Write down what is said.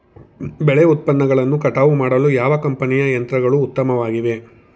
ಬೆಳೆ ಉತ್ಪನ್ನಗಳನ್ನು ಕಟಾವು ಮಾಡಲು ಯಾವ ಕಂಪನಿಯ ಯಂತ್ರಗಳು ಉತ್ತಮವಾಗಿವೆ?